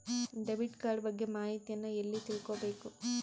Debit card ಬಗ್ಗೆ ಮಾಹಿತಿಯನ್ನ ಎಲ್ಲಿ ತಿಳ್ಕೊಬೇಕು?